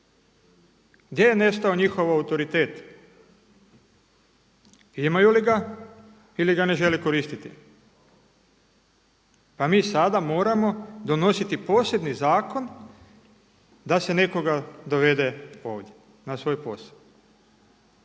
Gdje je nestao njihov autoritet? Imaju li ga ili ga ne žele koristiti pa mi sada moramo donositi posebni zakon da se nekoga dovede ovdje na svoj posao.